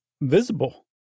visible